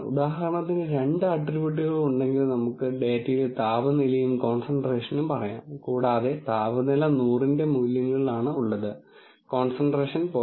ഉദാഹരണത്തിന് രണ്ട് ആട്രിബ്യൂട്ടുകൾ ഉണ്ടെങ്കിൽ നമുക്ക് ഡാറ്റയിൽ താപനിലയും കോണ്സെന്ട്രേഷനും പറയാം കൂടാതെ താപനില 100 ന്റെ മൂല്യങ്ങളിലാണ് ഉള്ളത് കോൺസൺട്രേഷനുകൾ 0